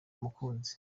umukunzi